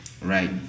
right